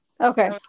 Okay